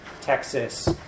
Texas